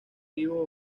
vivo